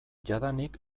jadanik